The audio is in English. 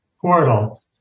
portal